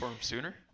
sooner